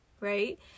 right